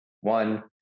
One